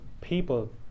people